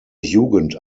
jugend